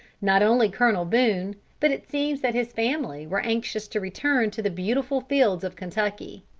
not only colonel boone, but it seems that his family were anxious to return to the beautiful fields of kentucky.